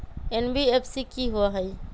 NBFC कि होअ हई?